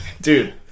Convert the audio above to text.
Dude